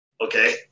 Okay